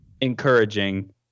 encouraging